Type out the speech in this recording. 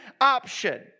option